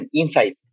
insight